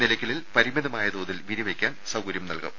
നിലയ്ക്കലിൽ പരിമിതമായ തോതിൽ വിരിവെക്കാൻ സൌകര്യം നൽകും